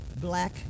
black